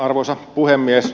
arvoisa puhemies